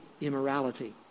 immorality